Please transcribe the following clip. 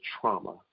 trauma